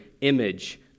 image